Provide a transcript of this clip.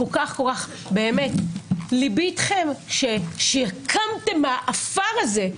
באמת, ליבי איתכם שקמתם מהעפר הזה,